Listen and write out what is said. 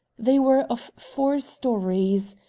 they were of four stories.